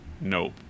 Nope